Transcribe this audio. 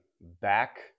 back